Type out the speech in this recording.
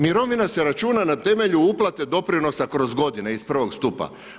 Mirovina se računa na temelju uplate doprinosa kroz godine iz prvog stupa.